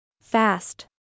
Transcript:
Fast